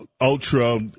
ultra